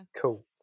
Cool